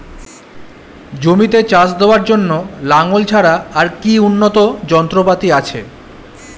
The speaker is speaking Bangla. জমিতে চাষ দেওয়ার জন্য লাঙ্গল ছাড়া আর কি উন্নত যন্ত্রপাতি আছে?